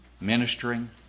ministering